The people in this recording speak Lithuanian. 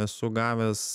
esu gavęs